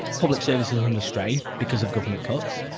public services are under strain because of government cuts.